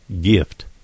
gift